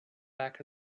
back